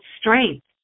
strength